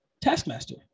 Taskmaster